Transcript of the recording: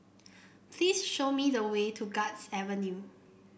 please show me the way to Guards Avenue